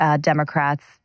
Democrats